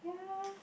yeah